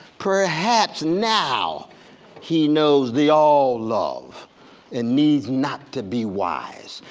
perhaps now he knows the all love and needs not to be wise.